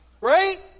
right